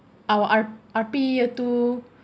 our R~ R_P year two